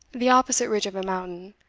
the opposite ridge of a mountain,